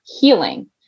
healing